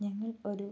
ഞങ്ങൾ ഒരു